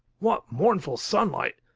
what mournful sunlight!